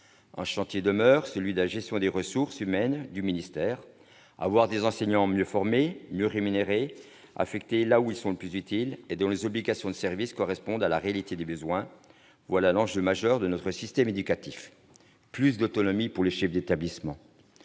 Un chantier demeure, celui de la gestion des ressources humaines du ministère. Avoir des enseignants mieux formés, mieux rémunérés, affectés là où ils sont les plus utiles et dont les obligations de service correspondent à la réalité des besoins, voilà l'enjeu majeur de notre système éducatif ! Il faut donc davantage d'autonomie pour les chefs d'établissement.